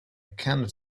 cannot